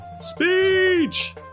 speech